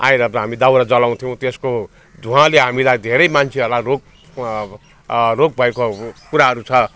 आएर त हामी दाउरा जलाउँथ्यौँ त्यसको धुवाँले हामीलाई धेरै मान्छेहरूलाई रोग रोग भएको कुराहरू छ